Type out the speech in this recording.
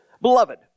Beloved